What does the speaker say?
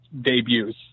debuts